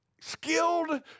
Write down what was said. skilled